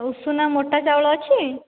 ଉଷୁନା ମୋଟା ଚାଉଳ ଅଛି